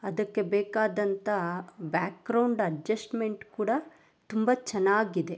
ಅದಕ್ಕೆ ಬೇಕಾದಂತಹ background adjustment ಕೂಡ ತುಂಬ ಚೆನ್ನಾಗಿದೆ